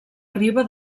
riba